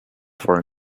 for